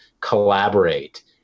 collaborate